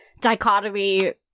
dichotomy